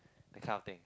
that kind of thing